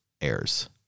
airs